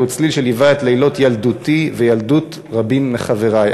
זהו צליל שליווה את לילות ילדותי וילדות רבים מחברי.